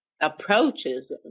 approaches